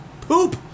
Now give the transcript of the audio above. poop